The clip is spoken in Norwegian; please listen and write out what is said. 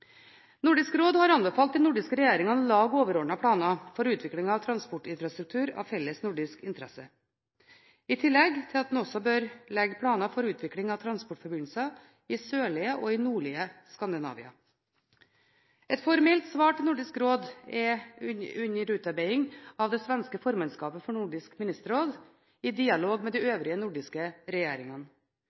Nordisk råd har anbefalt de nordiske regjeringene å lage overordnede planer for utvikling av transportinfrastruktur av felles nordisk interesse, i tillegg til at en også bør legge planer for utvikling av transportforbindelser i sørlige og nordlige Skandinavia. Et formelt svar til Nordisk råd er under utarbeidelse av det svenske formannskapet for Nordisk ministerråd, i dialog med de øvrige nordiske regjeringene.